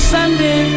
Sunday